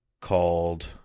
called